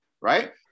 right